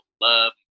love